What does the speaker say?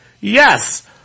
Yes